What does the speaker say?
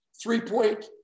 three-point